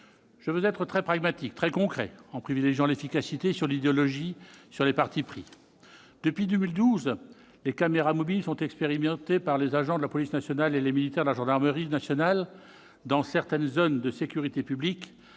Je veux être très pragmatique, très concret, en privilégiant l'efficacité sur l'idéologie, sur les partis pris. Depuis 2012, les caméras mobiles sont expérimentées par les agents de la police nationale et les militaires de la gendarmerie nationale dans certaines zones de sécurité prioritaire